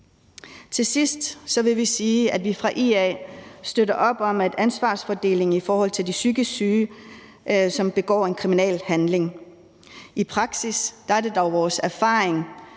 Til sidst vil vi sige, at vi fra IA støtter op om ansvarsfordelingen i forhold til de psykisk syge, som begår en kriminel handling. I praksis er det dog vores erfaring,